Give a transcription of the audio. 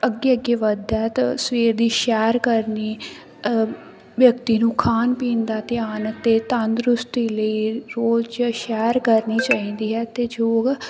ਅੱਗੇ ਅੱਗੇ ਵੱਧਦਾ ਤਾਂ ਸਵੇਰ ਦੀ ਸੈਰ ਕਰਨੀ ਵਿਅਕਤੀ ਨੂੰ ਖਾਣ ਪੀਣ ਦਾ ਧਿਆਨ ਅਤੇ ਤੰਦਰੁਸਤੀ ਲਈ ਰੋਜ ਸੈਰ ਕਰਨੀ ਚਾਹੀਦੀ ਹੈ ਅਤੇ ਯੋਗ